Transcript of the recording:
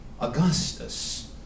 Augustus